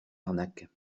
arnaque